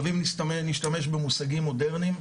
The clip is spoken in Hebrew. אם נשתמש במושגים מודרנים,